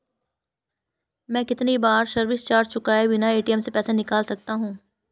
मैं कितनी बार सर्विस चार्ज चुकाए बिना ए.टी.एम से पैसे निकाल सकता हूं?